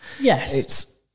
Yes